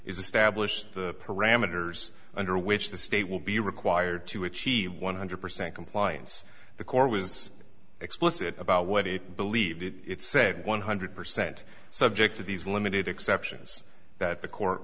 establish the parameters under which the state will be required to achieve one hundred percent compliance the core was explicit about what it believed it said one hundred percent subject to these limited exceptions that the court